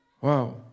Wow